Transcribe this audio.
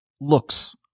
looks